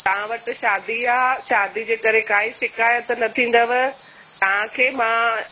तव्हां वटि शादी आहे शादीअ जे करे काई शिकायत न थींदव तव्हांखे मां